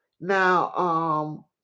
Now